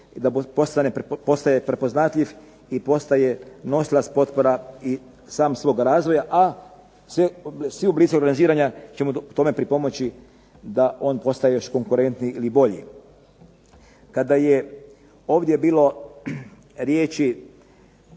da postane prepoznatljiv i postaje nosilac potpora i sam svog razvoja, a svi oblici organiziranja će mu u tome pripomoći da on postane još konkurentniji ili bolji. Kada je ovdje bilo riječi